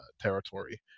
territory